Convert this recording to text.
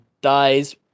dies